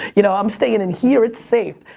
you know i'm staying in here, it's safe.